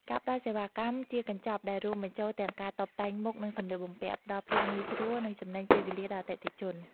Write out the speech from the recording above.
ការផ្ដល់សេវាកម្មជាកញ្ចប់ដែលរួមបញ្ចូលទាំងការតុបតែងមុខ និងសម្លៀកបំពាក់ ផ្ដល់ភាពងាយស្រួល និងចំណេញពេលវេលាដល់អតិថិជន។